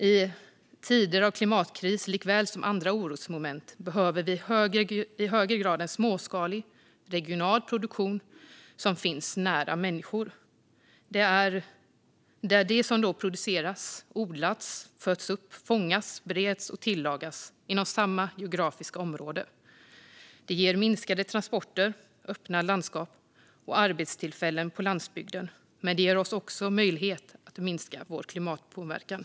I tider av klimatkris, liksom vid andra orosmoment, behöver vi i högre grad en småskalig, regional produktion som finns nära människor och där det som produceras odlas, föds upp, fångas, bereds och tillagas inom samma geografiska område. Det ger minskade transporter, öppna landskap och arbetstillfällen på landsbygden. Det ger oss också möjlighet att minska vår klimatpåverkan.